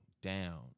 down